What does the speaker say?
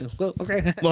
okay